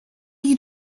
you